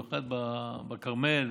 במיוחד בכרמל,